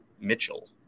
Mitchell